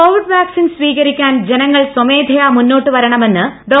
Covid vaccine സ്പ്രീക്രിക്കാൻ ജനങ്ങൾ സ്വമേധയാ മുന്നോട്ടു വരണമെന്ന് ഡേ